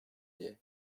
diye